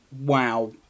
Wow